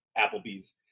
Applebee's